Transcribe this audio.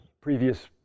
previous